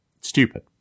stupid